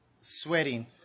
Sweating